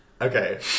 Okay